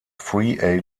free